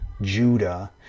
Judah